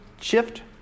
shift